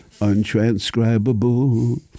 untranscribable